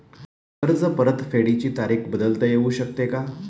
कर्ज परतफेडीची तारीख बदलता येऊ शकते का?